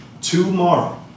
tomorrow